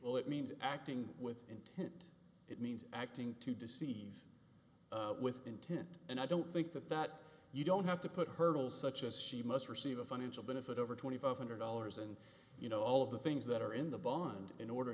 well it means acting with intent it means acting to deceive with intent and i don't think that that you don't have to put hurdles such as she must receive a financial benefit over twenty five hundred dollars and you know all of the things that are in the bond in order